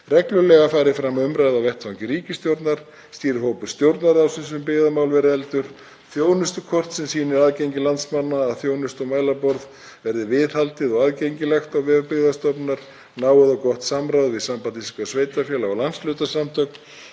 Reglulega fari fram umræða á vettvangi ríkisstjórnar, stýrihópur Stjórnarráðsins um byggðamál verði efldur, þjónustukort sem sýni aðgengi landsmanna að þjónustu og mælaborði verði viðhaldið og aðgengilegt á vef Byggðastofnunar. Náið og gott samráð við Samband íslenskra sveitarfélaga og landshlutasamtök,